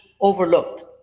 overlooked